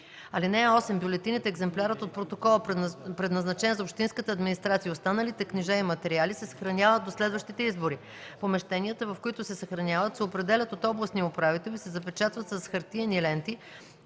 (8) Бюлетините, екземплярът от протокола, предназначен за общинската администрация, и останалите книжа и материали се съхраняват до следващите избори. Помещенията, в които се съхраняват, се определят от областния управител и се запечатват с хартиени ленти,